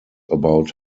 about